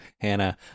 Hannah